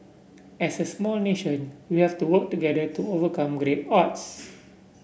as a small nation we have to work together to overcome great odds